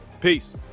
Peace